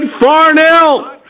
Farnell